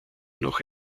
noch